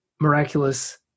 miraculous